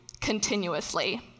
continuously